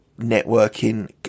networking